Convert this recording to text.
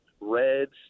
Reds